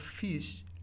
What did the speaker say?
fish